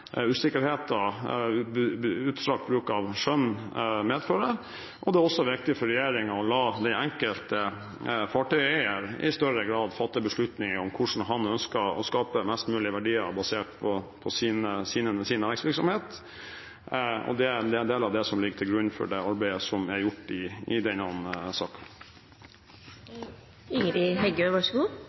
utstrakt bruk av skjønn medfører. Det er også viktig for regjeringen å la den enkelte fartøyeier i større grad fatte beslutninger om hvordan han ønsker å skape mest mulig verdier basert på sin næringsvirksomhet, og det er en del av det som ligger til grunn for det arbeidet som er gjort i denne